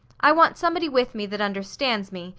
i want somebody with me that understands me,